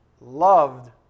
loved